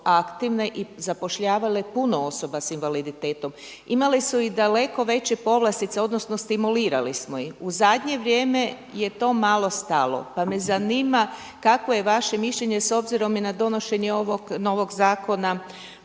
i zapošljavale puno osoba sa invaliditetom. Imale su i daleko veće povlastice odnosno stimulirali smo ih. U zadnje vrijeme je to malo stalo pa me zanima kakvo je vaše mišljenje s obzirom i na donošenje ovog novog zakona